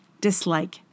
dislike